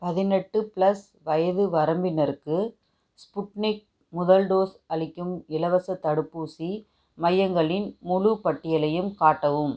பதினெட்டு பிளஸ் வயது வரம்பினருக்கு ஸ்புட்னிக் முதல் டோஸ் அளிக்கும் இலவசத் தடுப்பூசி மையங்களின் முழுப் பட்டியலையும் காட்டவும்